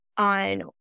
on